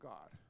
God